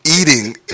Eating